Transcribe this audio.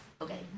Okay